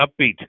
upbeat